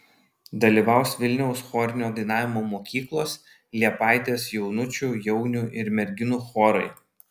dalyvaus vilniaus chorinio dainavimo mokyklos liepaitės jaunučių jaunių ir merginų chorai